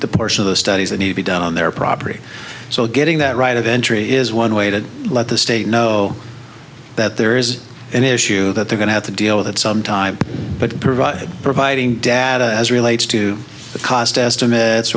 the portion of the studies that need to be done on their property so getting that right of entry is one way to let the state know that there is an issue that they're going to have to deal with at some time but provide providing data as relates to the cost estimate